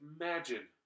imagine